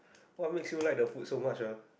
what makes you like the food so much ah